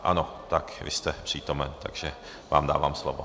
Ano, vy jste přítomen, takže vám dávám slovo.